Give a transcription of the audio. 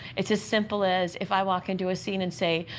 it's as simple as if i walk into a scene and say,